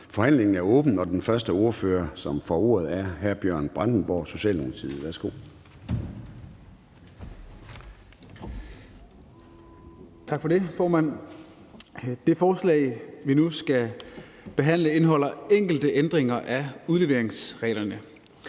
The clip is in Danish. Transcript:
Forhandlingen er åbnet, og den første ordfører, som får ordet, er hr. Anders Kronborg, Socialdemokratiet.